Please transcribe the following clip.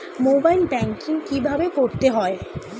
Mobile banking কীভাবে করতে হয়?